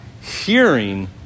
hearing